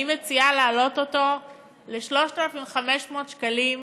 אני מציעה להעלות אותו ל-3,500 שקלים,